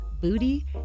booty